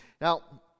Now